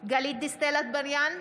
גלית דיסטל אטבריאן,